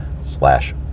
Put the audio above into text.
slash